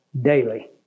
daily